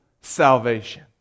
salvation